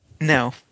No